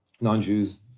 non-Jews